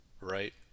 right